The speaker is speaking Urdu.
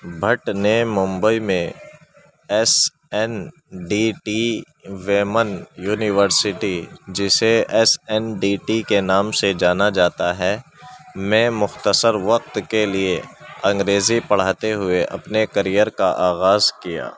بھٹ نے ممبئی میں S N D T women university جسے ایس این ڈی ٹی کے نام سے جانا جاتا ہے میں مختصر وقت کے لیے انگریزی پڑھاتے ہوئے اپنے کیریئر کا آغاز کیا